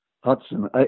Hudson